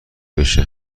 بشه